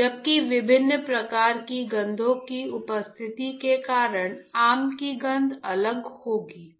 जबकि विभिन्न प्रकार की गंधों की उपस्थिति के कारण आम की गंध अलग होगी